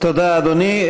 תודה, אדוני.